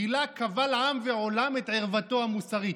גילה קבל עם ועולם ערוותו המוסרית.